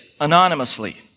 anonymously